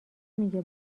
میگه